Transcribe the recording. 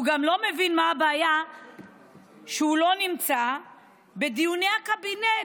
הוא גם לא מבין מה הבעיה שהוא לא נמצא בדיוני הקבינט.